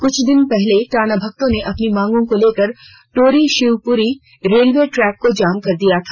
कुछ दिन पहले टाना भगतों ने अपनी मांगों को लेकर टोरी शिव्परी रेलवे ट्रैक को जाम कर दिया था